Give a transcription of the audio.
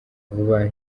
vuba